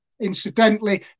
Incidentally